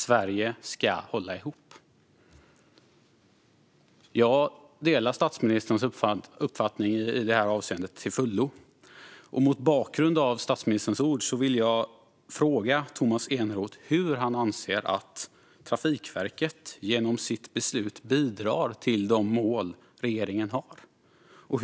Sverige ska hålla ihop. Jag delar till fullo statsministern uppfattning i det här avseendet. Mot bakgrund av statsministerns ord vill jag fråga Tomas Eneroth hur han anser att Trafikverket genom sitt beslut bidrar till regeringens mål.